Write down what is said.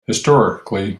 historically